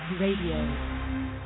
Radio